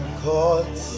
caught